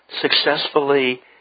successfully